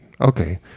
Okay